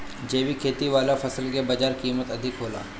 जैविक खेती वाला फसल के बाजार कीमत अधिक होला